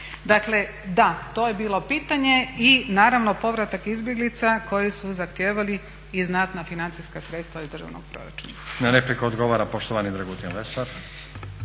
Dakle da, to je bilo pitanje i naravno povratak izbjeglica koji su zahtijevali i znatna financijska sredstva iz državnog proračuna. **Stazić, Nenad (SDP)** Na repliku odgovara poštovani Dragutin Lesar.